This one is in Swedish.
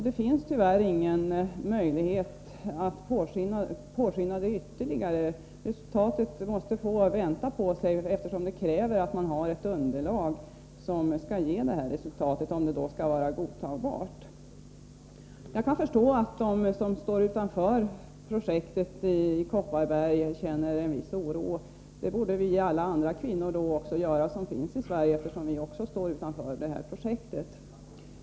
Det finns tyvärr ingen möjlighet att påskynda det ytterligare. Vi måste kunna vänta på resultatet, eftersom det kräver att man har ett underlag som ger detta resultat om det skall vara godtagbart. Jag kan förstå att de som står utanför projektet i Kopparberg känner en viss oro. Det borde alla vi andra kvinnor i Sverige också göra, eftersom vi står utanför detta projekt.